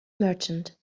merchant